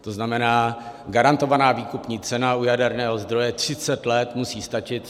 To znamená, garantovaná výkupní cena u jaderného zdroje 30 let musí stačit.